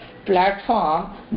Platform